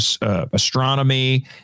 astronomy